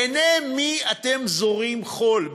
בעיני מי אתם זורים חול?